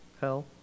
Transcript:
hell